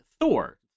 Thor